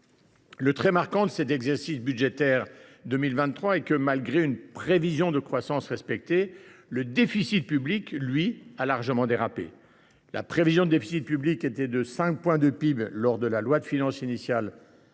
Le trait marquant de l’exercice budgétaire de 2023 est que, malgré une prévision de croissance respectée, le déficit public, lui, a largement dérapé. La prévision de déficit public était de 5 points de PIB dans la loi de finances initiale